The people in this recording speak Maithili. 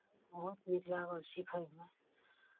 बहुत नीक लागत सिखयमे